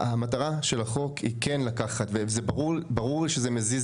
המטרה של החוק היא כן לקחת וזה ברור לי שזה מזיז